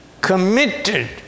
Committed